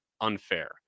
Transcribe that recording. unfair